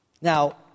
Now